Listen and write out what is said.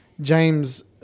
james